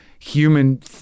human